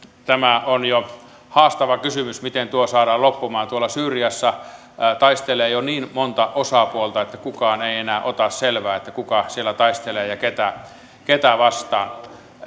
tämä on jo haastava kysymys että miten tuo saadaan loppumaan syyriassa taistelee jo niin monta osapuolta että kukaan ei ei enää ota selvää kuka siellä taistelee ja ketä ketä vastaan